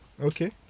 Okay